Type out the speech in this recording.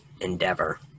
endeavor